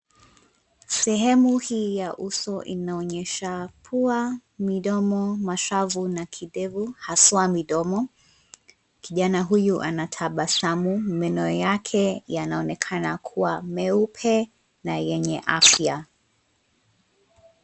Sehemu hii ya uso inaonyesha pua, midomo, mashavu na kidevu haswa midomo. Kijana huyu ana tabasamu, meno yake yanaonekana kuwa meupe na yenye afya.